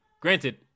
granted